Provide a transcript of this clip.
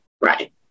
Right